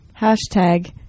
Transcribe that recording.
hashtag